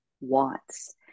wants